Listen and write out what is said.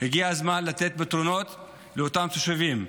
הגיע הזמן לתת פתרונות לאותם תושבים.